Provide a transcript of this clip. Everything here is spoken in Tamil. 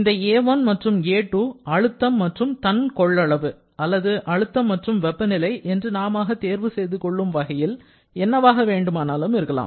இந்த a1 மற்றும் a2 அழுத்தம் மற்றும் தன் கொள்ளளவு அல்லது அழுத்தம் மற்றும் வெப்பநிலை என்று நாமாக தேர்வு செய்துகொள்ளும் வகையில் என்னவாக வேண்டுமானாலும் இருக்கலாம்